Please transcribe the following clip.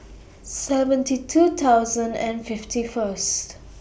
seventy two thousand and fifty First